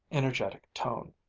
energetic tone,